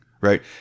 right